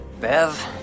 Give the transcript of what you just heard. Bev